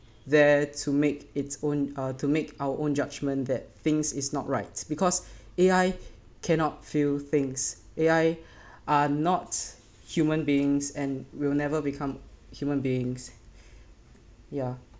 there to make its own uh to make our own judgment that things is not rights because A_I cannot feel things A_I are not human beings and will never become human beings ya